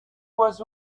was